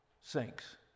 sinks